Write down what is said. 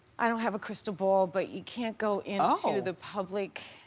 i don't have a crystal ball, but you can't go into the public.